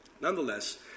Nonetheless